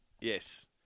Yes